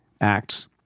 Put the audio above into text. acts